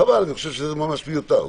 חבל, אני חושב שזה ממש מיותר.